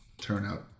turnout